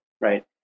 right